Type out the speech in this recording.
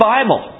Bible